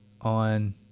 on